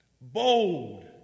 Bold